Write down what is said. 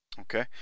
Okay